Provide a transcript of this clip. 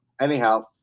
Anyhow